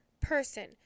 person